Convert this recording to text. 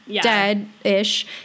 dead-ish